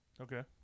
okay